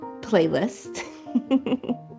playlist